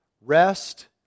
rest